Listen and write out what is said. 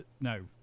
No